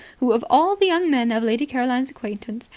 who, of all the young men of lady caroline's acquaintance,